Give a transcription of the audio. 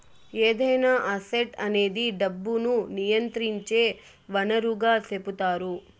ఏదైనా అసెట్ అనేది డబ్బును నియంత్రించే వనరుగా సెపుతారు